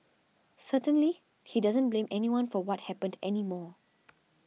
certainly he doesn't blame anyone for what happened anymore